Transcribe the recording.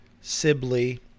sibley